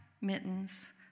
mittens